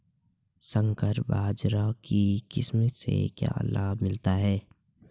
संकर बाजरा की किस्म से क्या लाभ मिलता है?